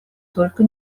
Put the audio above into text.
только